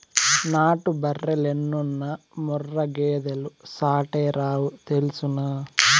నాటు బర్రెలెన్నున్నా ముర్రా గేదెలు సాటేరావు తెల్సునా